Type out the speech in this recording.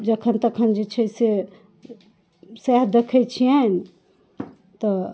जखन तखन जे छै से सएह देखै छियनि तऽ